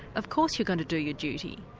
of course you're going to do your duty.